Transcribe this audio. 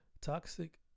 toxic